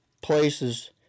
places